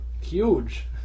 huge